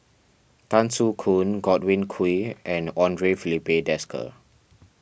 Tan Soo Khoon Godwin Koay and andre Filipe Desker